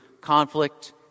conflict